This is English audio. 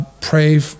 pray